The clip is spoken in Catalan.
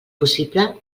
possible